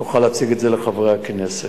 נוכל להציג את זה לחברי הכנסת.